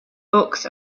books